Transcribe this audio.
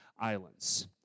Islands